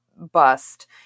Bust